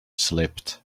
slipped